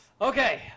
okay